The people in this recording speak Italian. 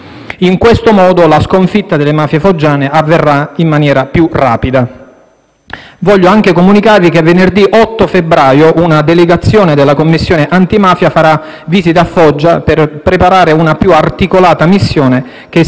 Voglio anche comunicare che venerdì 8 febbraio una delegazione della Commissione parlamentare antimafia farà visita a Foggia per preparare una più articolata missione che si terrà nelle prossime settimane. Mi sento di ringraziare moltissimo tutta la Commissione